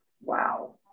Wow